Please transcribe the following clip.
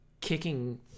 kicking